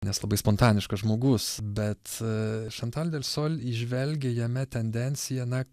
nes labai spontaniškas žmogus bet šantal delsol įžvelgia jame tendenciją na